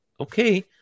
okay